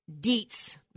deets